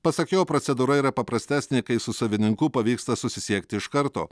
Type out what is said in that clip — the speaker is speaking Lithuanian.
pasak jo procedūra yra paprastesnė kai su savininku pavyksta susisiekti iš karto